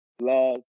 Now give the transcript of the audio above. love